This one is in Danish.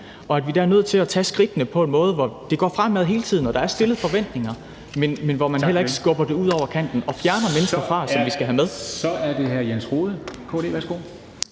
Og der er vi nødt til at tage skridtene på en måde, hvor det går fremad hele tiden – og der er stillet forventninger – men hvor man heller ikke skubber det ud over kanten og fjerner mennesker fra det, for vi skal have dem med. Kl. 10:20